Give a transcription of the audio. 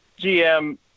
GM